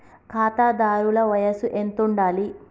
ఖాతాదారుల వయసు ఎంతుండాలి?